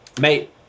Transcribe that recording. Mate